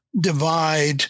divide